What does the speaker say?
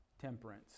temperance